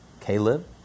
Caleb